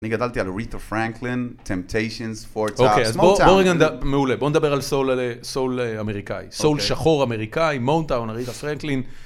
אני גדלתי על ריטה פרנקלין, טמפטיישן, סול אמריקאי, סול שחור אמריקאי, מונטאון, ריטה פרנקלין.